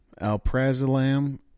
alprazolam